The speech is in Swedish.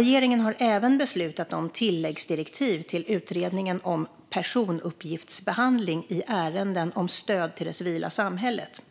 Regeringen har även beslutat om tilläggsdirektiv till utredningen om personuppgiftsbehandling i ärenden om stöd till det civila samhället.